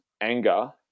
anger